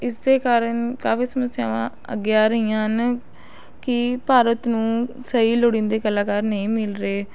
ਇਸ ਦੇ ਕਾਰਨ ਕਾਫ਼ੀ ਸਮੱਸਿਆਵਾਂ ਅੱਗੇ ਆ ਰਹੀਆਂ ਹਨ ਕਿ ਭਾਰਤ ਨੂੰ ਸਹੀ ਲੋੜੀਂਦੇ ਕਲਾਕਾਰ ਨਹੀਂ ਮਿਲ ਰਹੇ